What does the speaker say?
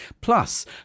Plus